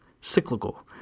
Cyclical